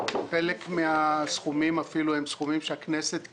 חלק מהסכומים אפילו הם סכומים שהכנסת קיזזה,